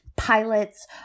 pilots